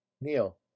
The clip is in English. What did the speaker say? Neil